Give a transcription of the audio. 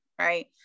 Right